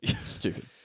Stupid